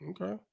Okay